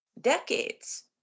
decades